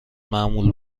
معمول